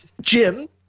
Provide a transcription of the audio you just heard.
Jim